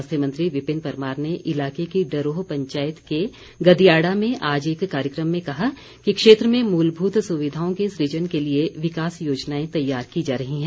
स्वास्थ्य मंत्री विपिन परमार ने इलाके की डरोह पंचायत के गदियाड़ा में आज एक कार्यक्रम में कहा कि क्षेत्र में मूलभूत सुविधाओं के सुजन के लिए विकास योजनाएं तैयार की जा रही हैं